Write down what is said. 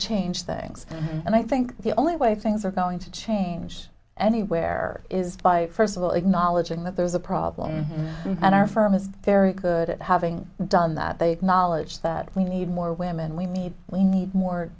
change things and i think the only way things are going to change anywhere is by first of all acknowledging that there's a problem and our firm is very good at having done that the knowledge that we need more women we need we need more